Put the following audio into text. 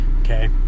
Okay